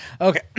Okay